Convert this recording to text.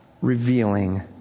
Revealing